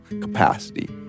capacity